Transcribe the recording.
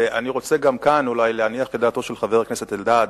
ואני רוצה גם כאן אולי להניח את דעתו של חבר הכנסת אלדד,